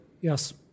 Yes